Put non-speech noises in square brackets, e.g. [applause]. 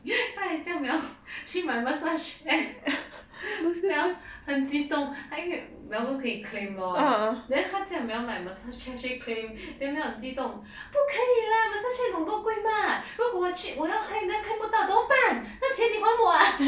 他也叫 mel 去买 massage chair [breath] mel 很激动她因为 mel 不是可以 claim lor then 他 mel 买 massage chair 去 claim then mel 很激动不可以 lah massage chair 你懂有多贵 mah 如果我去我要 claim 都 claim 不到怎么办拿钱你还我啊